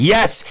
Yes